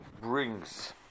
brings